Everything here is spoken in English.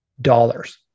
dollars